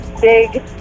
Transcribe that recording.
big